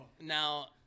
now